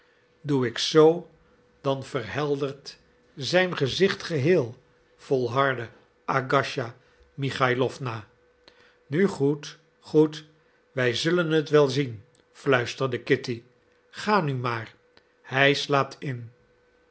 doe ik z dan verheldert zijn gezichtje geheel volhardde agasija michailowna nu goed goed wij zullen het wel zien fluisterde kitty ga nu maar hij slaapt in